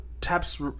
taps